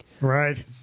Right